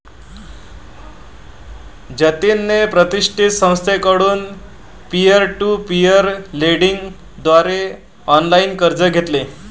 जतिनने प्रतिष्ठित संस्थेकडून पीअर टू पीअर लेंडिंग द्वारे ऑनलाइन कर्ज घेतले